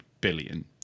billion